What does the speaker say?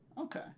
Okay